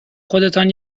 خودتان